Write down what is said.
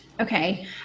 Okay